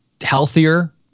healthier